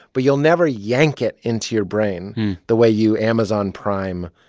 but you'll never yank it into your brain the way you amazon prime,